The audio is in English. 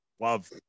love